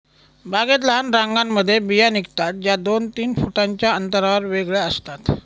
बागेत लहान रांगांमध्ये बिया निघतात, ज्या दोन तीन फुटांच्या अंतरावर वेगळ्या असतात